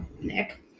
Nick